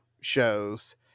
shows